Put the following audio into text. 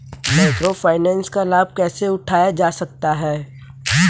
Micro finance का लाभ कैसे उठाया जा सकता है?